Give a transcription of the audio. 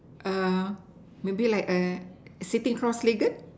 err maybe like a sitting cross legged